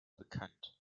bekannt